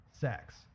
sex